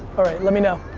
alright, let me know.